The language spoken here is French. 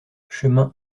chemin